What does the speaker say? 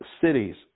cities